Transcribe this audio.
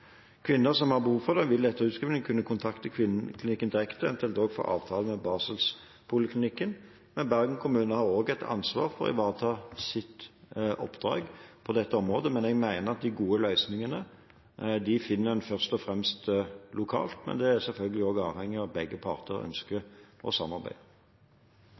Kvinner som har behov for det, vil etter utskriving kunne kontakte kvinneklinikken direkte, eventuelt også for avtale med barselpoliklinikken. Bergen kommune har også et ansvar for å ivareta sitt oppdrag på dette området. Jeg mener at de gode løsningene finner en først og fremst lokalt, men det er selvfølgelig også avhengig av at begge parter ønsker å samarbeide.